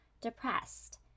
depressed